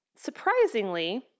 Surprisingly